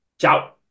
Ciao